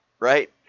Right